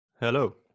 Hello